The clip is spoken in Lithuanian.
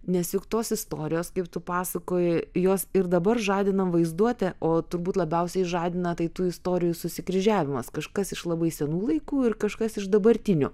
nes juk tos istorijos kaip tu pasakojai jos ir dabar žadina vaizduotę o turbūt labiausiai žadina tai tų istorijų susikryžiavimas kažkas iš labai senų laikų ir kažkas iš dabartinių